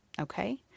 Okay